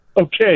Okay